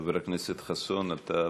חבר הכנסת חסון, אתה פטור,